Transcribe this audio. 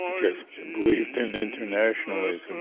just believed in internationalism.